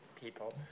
people